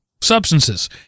substances